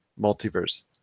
Multiverse